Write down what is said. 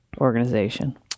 organization